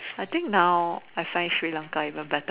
I think now I find Sri-Lanka even better